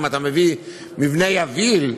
אם אתה מביא מבנה יביל,